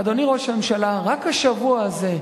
ואדוני ראש הממשלה, רק השבוע הזה,